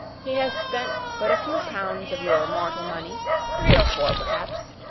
he has spent but a few pounds of your mortal money three or four perhaps.